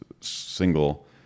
single